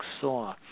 saw